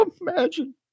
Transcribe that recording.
imagine